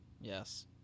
yes